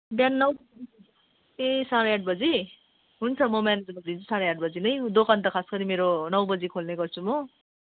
बिहान नौ ए साँढे आठ बजी हुन्छ म म्यानेज गरिदिन्छु साँढे आठ बजी नै दोकान त खासगरी मेरो नौ बजी खोल्ने गर्छु म